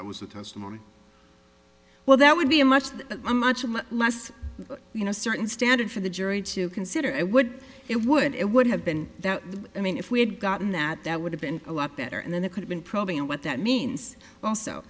what was the testimony well that would be a much the a much much less you know certain standard for the jury to consider i would it would it would have been i mean if we had gotten that that would have been a lot better and then it could have been probing and what that means also